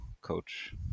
coach